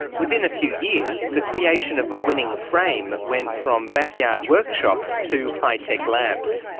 within a few years, the creation of a winning frame went from backyard workshops to high-tech labs.